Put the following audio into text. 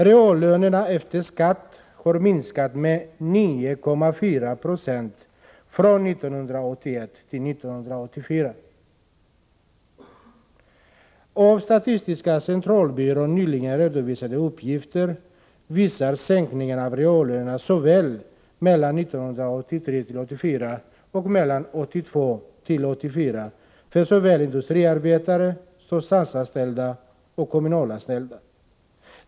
Reallönerna efter skatt har minskat med 9,4 90 från 1981 till 1984. Av uppgifter som statistiska centralbyrån nyligen redovisat uppgifter framgick att det skett sänkningar av reallönerna både under åren 1983-1984 och under åren 1982-1984 för såväl industriarbetare som statsanställda och Nr 162 kommunalanställda.